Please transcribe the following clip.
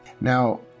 Now